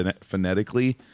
phonetically